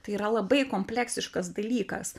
tai yra labai kompleksiškas dalykas